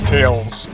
Tales